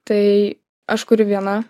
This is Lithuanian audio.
tai aš kuriu viena